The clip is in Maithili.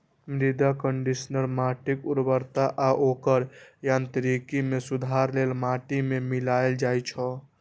मृदा कंडीशनर माटिक उर्वरता आ ओकर यांत्रिकी मे सुधार लेल माटि मे मिलाएल जाइ छै